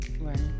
Right